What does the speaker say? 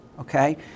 Okay